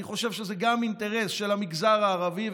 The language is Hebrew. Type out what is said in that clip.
אני חושב שזה גם אינטרס של המגזר הערבי.